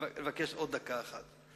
מבקש עוד דקה אחת.